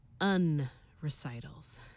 unrecitals